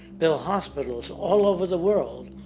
build hospitals all over the world,